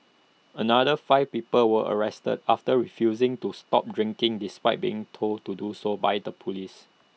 another five people were arrested after refusing to stop drinking despite being told to do so by the Police